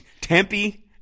Tempe